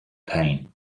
pain